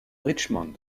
richmond